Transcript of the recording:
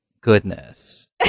goodness